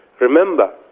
Remember